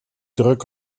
druk